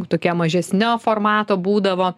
tokie mažesnio formato būdavo